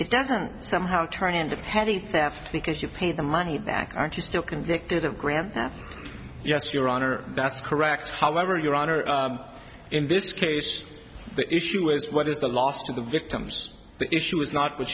doesn't somehow turn into petty theft because you paid the money back aren't you still convicted of grand theft yes your honor that's correct however your honor in this case the issue is what is the last of the victims the issue is not what